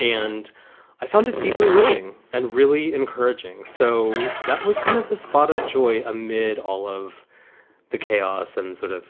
and i found it deeply moving and really encouraging. so that was kind of a spot of joy amid all of the chaos and sort of